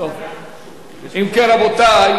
כן, רבותי,